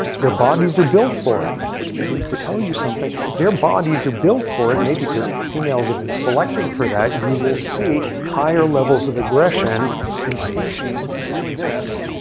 their bodies are built for it. which begins to tell you something, their bodies are built for it, maybe because females have been selecting for that. you will see higher levels of aggression in species like this,